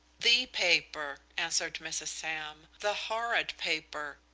the paper, answered mrs. sam, the horrid paper.